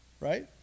Right